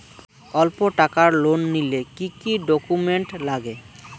অল্প টাকার লোন নিলে কি কি ডকুমেন্ট লাগে?